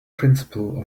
principle